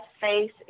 face